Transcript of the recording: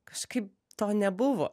kažkaip to nebuvo